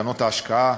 קרנות ההשקעה,